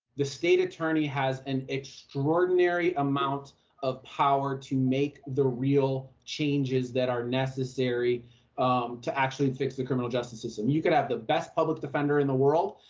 the state attorney has an extraordinary amount of power to make the real changes that are necessary to actually fix the criminal justice system. you could have the best public defender in the world,